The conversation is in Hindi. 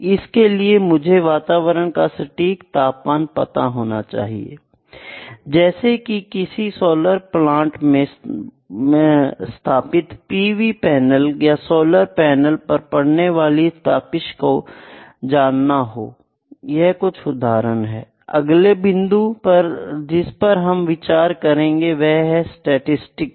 इसके लिए मुझे वातावरण का सटीक तापमान पता होना चाहिए Iजैसे कि किसी सोलर प्लांट मैं स्थापित पी वी पैनल या सोलर पैनल पर पड़ने वाली तपिश को जानना हो I यह कुछ उदाहरण है I अगला बिंदु जिस पर हम विचार करेंगे वह है स्टैटिसटिकल